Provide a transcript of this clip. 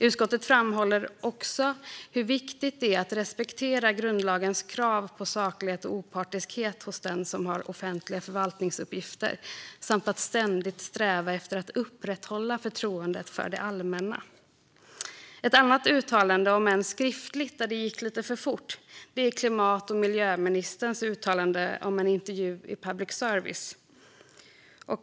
Utskottet framhåller också hur viktigt det är att respektera grundlagens krav på saklighet och opartiskhet hos den som har offentliga förvaltningsuppgifter samt att ständigt sträva efter att upprätthålla förtroendet för det allmänna. Ett annat uttalande, om än skriftligt, där det gick lite för fort, är klimat och miljöministerns uttalande i en intervju i public service.